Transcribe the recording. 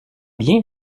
bien